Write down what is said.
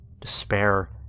Despair